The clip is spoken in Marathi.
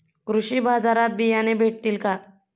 कृषी बाजारात बियाणे भेटतील का?